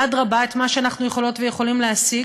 אדרבה, את מה שאנחנו יכולות ויכולים להשיג